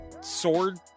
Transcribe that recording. sword